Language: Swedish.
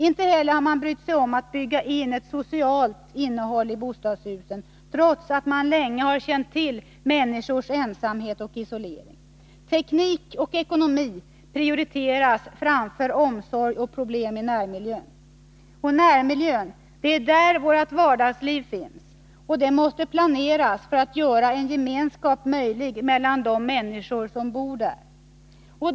Inte heller har man brytt sig om att bygga in ett socialt innehåll i bostadshusen, trots att man länge har känt till människors ensamhet och isolering. Teknik och ekonomi prioriteras framför omsorg och problem i närmiljön. Närmiljön, där vårt vardagsliv finns, måste planeras för att man skall kunna göra en gemenskap möjlig mellan de människor som bor där.